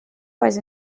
was